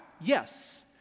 yes